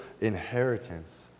inheritance